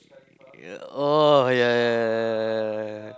yeah oh yeah yeah yeah yeah yeah